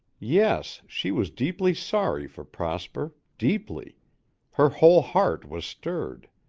yes, she was deeply sorry for prosper, deeply her whole heart was stirred.